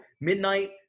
midnight